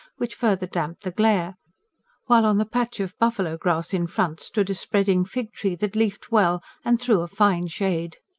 which further damped the glare while on the patch of buffalo-grass in front stood a spreading fig-tree, that leafed well and threw a fine shade.